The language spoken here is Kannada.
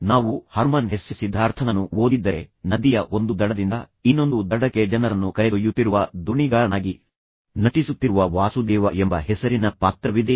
ನಾವು ಹರ್ಮನ್ ಹೆಸ್ಸೆ ಸಿದ್ಧಾರ್ಥನನ್ನು ಓದಿದ್ದರೆ ನದಿಯ ಒಂದು ದಡದಿಂದ ಇನ್ನೊಂದು ದಡಕ್ಕೆ ಜನರನ್ನು ಕರೆದೊಯ್ಯುತ್ತಿರುವ ದೋಣಿಗಾರನಾಗಿ ನಟಿಸುತ್ತಿರುವ ವಾಸುದೇವ ಎಂಬ ಹೆಸರಿನ ಪಾತ್ರವಿದೇ